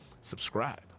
subscribe